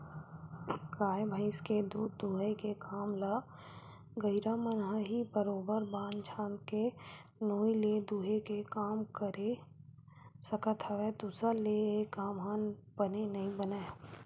गाय भइस के दूद दूहई के काम ल गहिरा मन ह ही बरोबर बांध छांद के नोई ले दूहे के काम कर सकत हवय दूसर ले ऐ काम ह बने नइ बनय